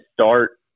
start